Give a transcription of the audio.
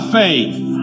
faith